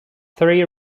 three